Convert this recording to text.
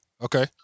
Okay